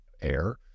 air